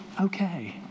okay